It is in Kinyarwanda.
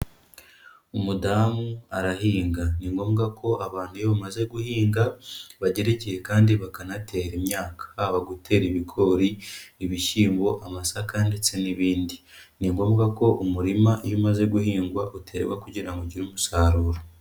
Umudamu arahinga. Ni ngombwa ko abantu iyo bamaze guhinga, bagera igihe kandi bakanatera imyaka. Haba gutera ibigori, ibishyimbo, amasaka ndetse n'ibindi. Ni ngombwa ko umurima iyo umaze guhingwa, uterwa kugira ngo ugire umusaruro.